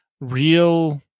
real